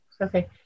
Okay